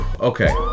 Okay